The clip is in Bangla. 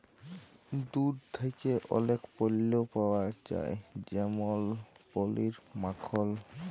দুহুদ থ্যাকে অলেক পল্য পাউয়া যায় যেমল পলির, মাখল